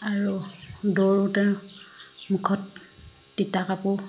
আৰু দৌৰোতে মুখত তিতা কাপোৰ